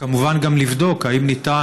וכמובן גם לבדוק אם אפשר